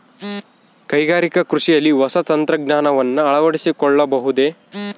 ಕೈಗಾರಿಕಾ ಕೃಷಿಯಲ್ಲಿ ಹೊಸ ತಂತ್ರಜ್ಞಾನವನ್ನ ಅಳವಡಿಸಿಕೊಳ್ಳಬಹುದೇ?